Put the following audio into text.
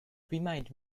remind